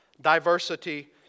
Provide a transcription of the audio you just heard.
diversity